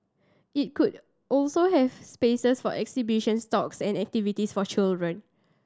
it could also have spaces for exhibitions talks and activities for children